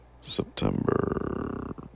September